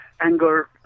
anger